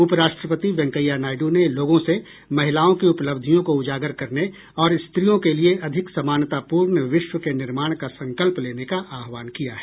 उप राष्ट्रपति वेंकैया नायडू ने लोगों से महिलाओं की उपलब्धियों को उजागर करने और स्त्रियों के लिए अधिक समानतापूर्ण विश्व के निर्माण का संकल्प लेने का आह्वान किया है